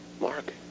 Mark